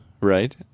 right